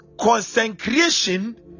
consecration